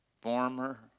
former